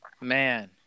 man